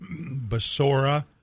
basora